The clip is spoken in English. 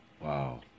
Wow